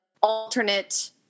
alternate